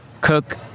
cook